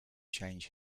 change